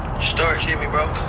start jimmy, bro.